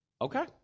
Okay